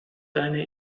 deine